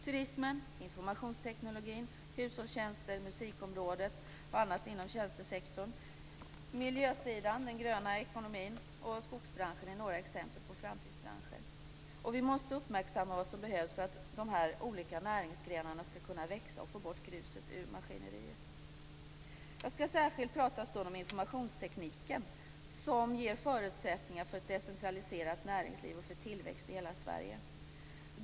Turism, informationsteknik, hushållstjänster, musik och annat inom tjänstesektorn, miljön, den gröna ekonomin och skogsbranschen är några exempel på framtidsbranscher. Vi måste uppmärksamma vad som behövs för att de olika näringsgrenarna skall kunna växa och få bort gruset ur maskineriet. Jag skall särskilt prata en stund om informationstekniken. Den ger förutsättningar för ett decentraliserat näringsliv och för tillväxt i hela Sverige.